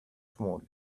small